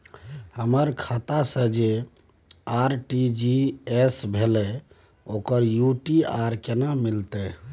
हमर खाता से जे आर.टी.जी एस भेलै ओकर यू.टी.आर केना मिलतै?